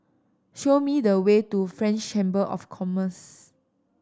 show me the way to French Chamber of Commerce